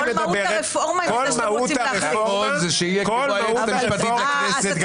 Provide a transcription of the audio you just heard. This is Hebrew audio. כל הרפורמה תהיה כמו היועצת המשפטית של הכנסת.